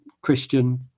Christian